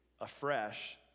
afresh